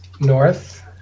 North